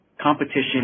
competition